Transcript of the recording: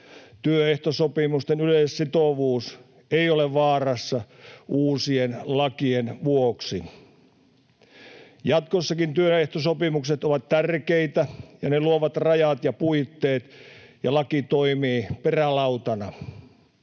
työehtosopimusten yleissitovuus ei ole vaarassa uusien lakien vuoksi. Jatkossakin työehtosopimukset ovat tärkeitä ja ne luovat rajat ja puitteet, ja laki toimii perälautana